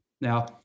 Now